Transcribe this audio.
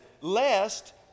lest